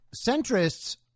centrists